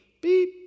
Beep